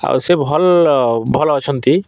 ଆଉ ସେ ଭଲ ଭଲ ଅଛନ୍ତି